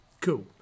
Cool